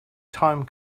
time